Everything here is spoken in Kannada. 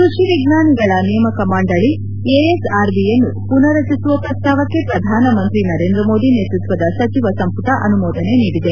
ಕೃಷಿ ವಿಜ್ಞಾನಿಗಳ ನೇಮಕ ಮಂಡಳಿ ಎಎಸ್ಆರ್ಬಿಯನ್ನು ಪುನರ್ರಚಿಸುವ ಪ್ರಸ್ತಾವಕ್ಕೆ ಪ್ರಧಾನಮಂತ್ರಿ ನರೇಂದ್ರ ಮೋದಿ ನೇತೃತ್ವದ ಸಚಿವ ಸಂಪುಟ ಅನುಮೋದನೆ ನೀಡಿದೆ